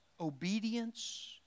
obedience